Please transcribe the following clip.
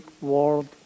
world